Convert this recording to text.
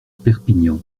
perpignan